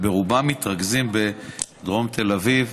רובם מתרכזים בדרום תל אביב,